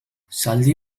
zaldi